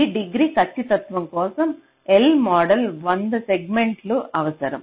ఈ డిగ్రీ ఖచ్చితత్వం కోసం L మోడల్ 100 సెగ్మెంట్ లు అవసరం